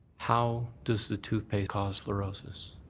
how does the toothpaste cause fluorosis?